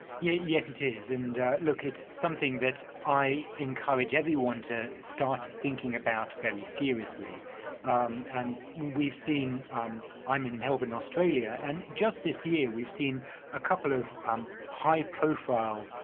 yeah yes it is and ah look it's something that i encourage everyone to start thinking about very seriously and we've seen i'm in melbourne australia and just this year we've seen a couple of um high-profile